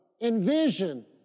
Envision